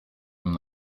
him